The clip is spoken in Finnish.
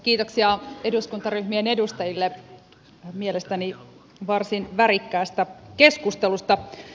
kiitoksia eduskuntaryhmien edustajille mielestäni varsin värikkäästä keskustelusta